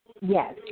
Yes